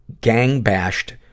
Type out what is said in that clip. gang-bashed